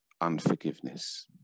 unforgiveness